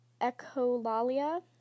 Echolalia